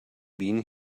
been